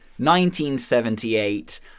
1978